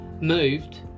moved